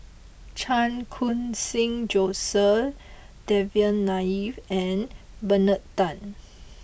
Chan Khun Sing Joseph Devan Nair and Bernard Tan